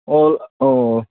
ꯑꯣ ꯑꯣ